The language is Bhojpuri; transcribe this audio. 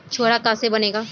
छुआरा का से बनेगा?